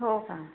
हो का